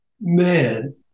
man